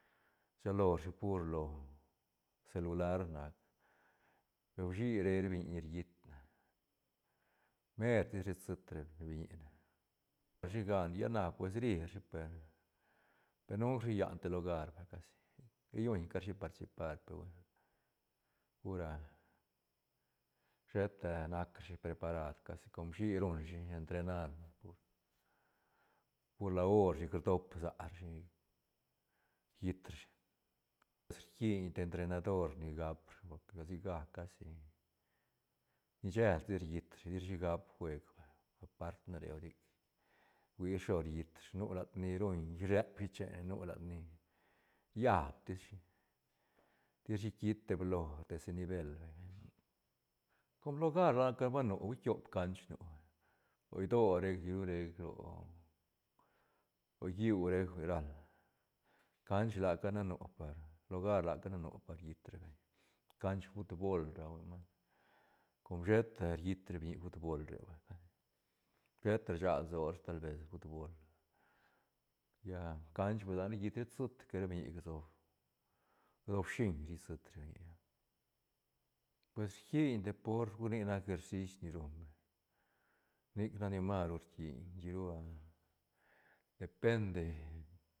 Rsa lo rashi pur lo celular na uishi re ra biñi ni riit na mertis ri siit ra biñi na ti shigan lla na pues ri rashi per pe nunk rashi llan te lugar vay casi ri lluñ cari shi participar pe hui pur ah sheta nac rashi com iushi ruñ rashi entrenar pu- pur la hor chic rdod rsa sa rashi riit rashi rquin te entretador ni gap por que siga casi ni shel tis riit rashi tira shi gap jueg vay por par ta na re o nic fuia snilo riit rashi nu latni ruñ rep shi chene nu latni riap tis shi te shi kiit teblo tesi nivel com lugar la ca ba nu hui tiop canch nu vay ro idoö rec chic ru rec ro- ro lliú rec ral canch la ca ne nu par lugar la ca ne nu par riit ra beñ canch futbol ra hui mas com sheta riit ra biñi futbol re vay sheta rsag lso rashi tal vez futbol lla canch hui la ne llet sit ca re biñi ne sob ga sop shuiñ ri sit ra biñiga pues rquin deport hui nic nac ejercis ni ruñ beñ nic nac ni maru rquin chic ru ah depende.